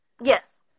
Yes